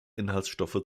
inhaltsstoffe